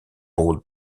pole